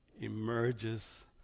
emerges